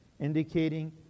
indicating